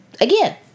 Again